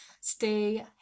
Stay